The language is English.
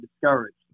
discouraged